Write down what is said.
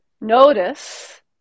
notice